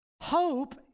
hope